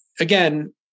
again